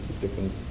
different